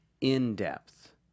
in-depth